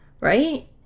right